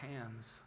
hands